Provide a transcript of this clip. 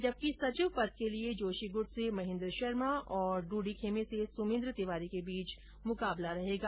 जबकि सचिव पद के लिए जोशी गुट से महेन्द्र शर्मा और डूडी खेमे से सुमेन्द्र तिवारी के बीच मुकाबला रहेगा